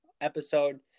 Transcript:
episode